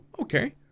okay